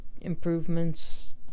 improvements